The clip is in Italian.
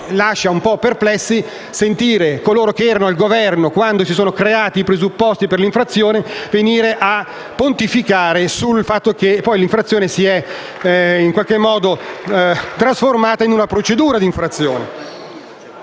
lascia un po' perplessi sentire oggi coloro che erano al Governo quando si sono creati i presupposti per l'infrazione pontificare sul fatto che poi la stessa si è in qualche modo trasformata in una procedura d'infrazione.